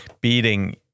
beating